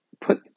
put